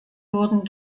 wurden